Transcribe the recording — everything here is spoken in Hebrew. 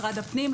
משרד הפנים,